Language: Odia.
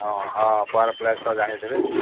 ହଁ ହଁ ପର୍ ପ୍ଲେଟ୍ ତ ଜାଣି ଥିବେ